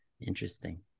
Interesting